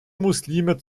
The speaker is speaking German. muslime